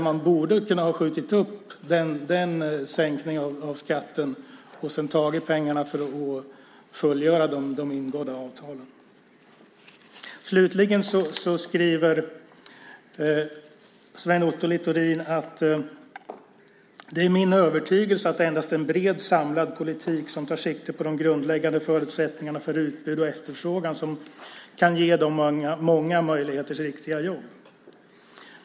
Man borde ha kunnat skjuta upp den skattesänkningen och ta pengarna för att fullgöra de ingångna avtalen. Sven Otto Littorin skriver: "Det är min övertygelse att endast en bred samlad politik, som tar sikte på de grundläggande förutsättningarna för utbud och efterfrågan, kan ge många möjligheter till riktiga jobb."